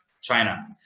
China